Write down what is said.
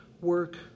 work